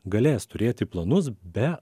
galės turėti planus be